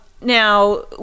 Now